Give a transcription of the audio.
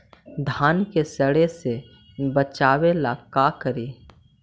धान के सड़े से बचाबे ला का करि?